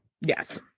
Yes